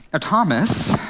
Thomas